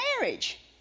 marriage